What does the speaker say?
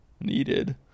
needed